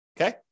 Okay